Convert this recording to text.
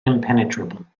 impenetrable